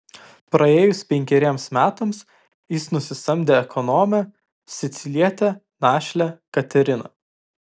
praėjus penkeriems metams jis nusisamdė ekonomę sicilietę našlę kateriną